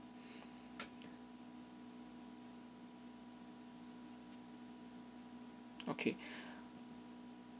okay